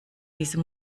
diese